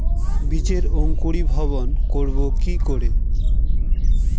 বীজের অঙ্কুরিভবন করব কি করে?